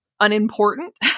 unimportant